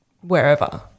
wherever